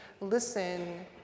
listen